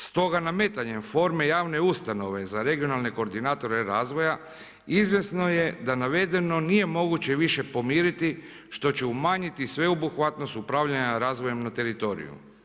Stoga nametanjem forme javne ustanove za regionalne koordinatore razvoja izvjesno je da navedeno nije moguće više pomiriti što će umanjiti sveobuhvatnost upravljanja razvojem na teritoriju.